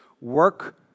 Work